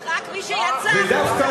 רק מי שיצא החוצה,